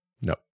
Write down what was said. No